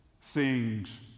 sings